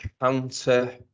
Counter